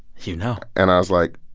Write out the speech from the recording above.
you know and i was like,